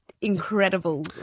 incredible